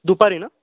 दुपारी ना